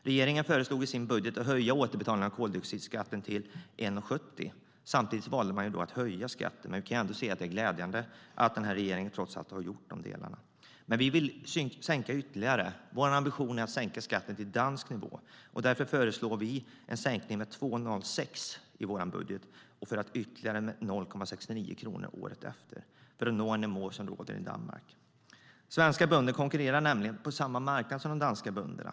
Regeringen föreslog i sin budget att höja återbetalning av koldioxidskatten till 1,70. Man valde samtidigt att höja skatten. Men det är ändå glädjande. Vi vill sänka ytterligare. Vår ambition är att sänka skatten till dansk nivå. Därför föreslår vi i vår budget en sänkning med 2,06 och med ytterligare 0,69 kronor året efter, för att vi ska nå den nivå som råder i Danmark. Svenska bönder konkurrerar nämligen på samma marknad som de danska bönderna.